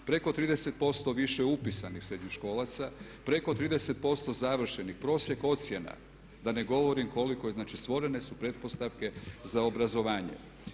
Preko 30% više upisanih srednjoškolaca, preko 30% završenih, prosjek ocjena, da ne govorim koliko je, znači stvorene su pretpostavke za obrazovanje.